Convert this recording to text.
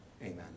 Amen